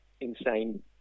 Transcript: insane